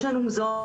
יש לנו מוזיאון